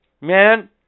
Man